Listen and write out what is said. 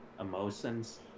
emotions